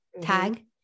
tag